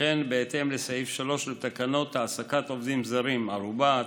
וכן בהתאם לסעיף 3 לתקנות העסקת עובדים זרים (ערובה),